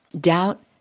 doubt